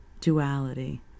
duality